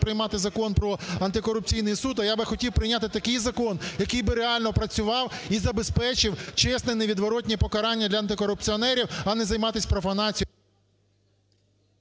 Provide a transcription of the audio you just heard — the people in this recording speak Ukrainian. приймати Закон про антикорупційний суд. А я би хотів прийняти такий закон, який би реально працював і забезпечив чесне, невідворотне покарання для антикорупціонерів, а не займатись профанацією…